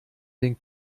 den